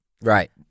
right